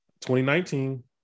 2019